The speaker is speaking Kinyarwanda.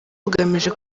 bugamije